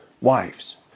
Wives